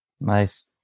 Nice